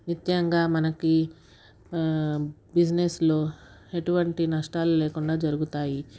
నిత్యంగా మనకి బిజినెస్లో ఎటువంటి నష్టాలు లేకుండా జరుగుతాయి